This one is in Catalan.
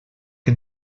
que